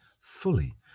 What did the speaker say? fully